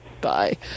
Bye